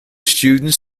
students